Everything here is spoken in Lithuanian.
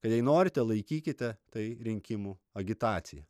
kad jei norite laikykite tai rinkimų agitacija